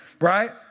right